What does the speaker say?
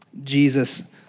Jesus